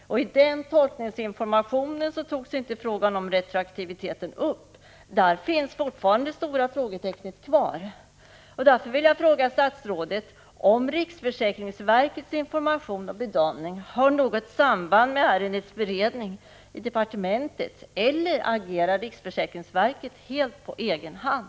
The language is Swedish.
I den tolkningsinformationen togs inte frågan om retroaktiviteten upp. Där finns fortfarande det stora frågetecknet kvar. Därför vill jag fråga statsrådet om riksförsäkringsverkets information och bedömning har något samband med ärendets beredning i departementet, eller om riksförsäkringsverket agerar helt på egen hand.